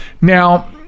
Now